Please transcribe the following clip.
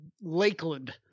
Lakeland